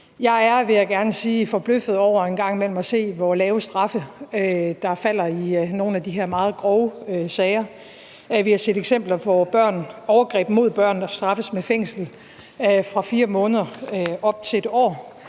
imellem forbløffet over, hvor lave straffe der falder i nogle af de her meget grove sager. Vi har set eksempler, hvor overgreb mod børn straffes med fængsel fra 4 måneder og op til 1 år.